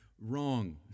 Wrong